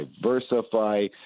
diversify